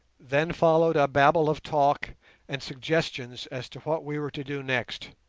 then followed a babel of talk and suggestions as to what we were to do next,